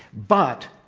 but,